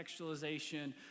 contextualization